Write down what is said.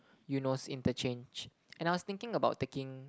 Eunos interchange and I was thinking about taking